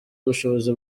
ubushobozi